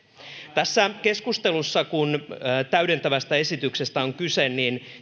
tässä keskustelussa kun täydentävästä esityksestä on kyse